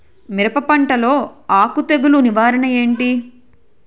మిరప పంటలో ఆకు తెగులు నివారణ ఏంటి?